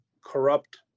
corrupt